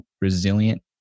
resilient